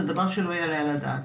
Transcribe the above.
זה דבר שלא יעלה על הדעת.